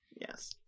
yes